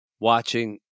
watching